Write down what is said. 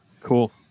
Cool